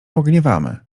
pogniewamy